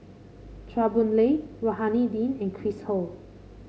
Chua Boon Lay Rohani Din and Chris Ho